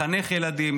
לחנך ילדים,